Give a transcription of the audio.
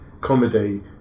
comedy